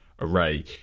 array